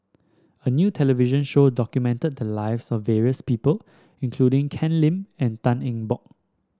a new television show documented the lives of various people including Ken Lim and Tan Eng Bock